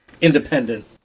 Independent